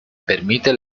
permite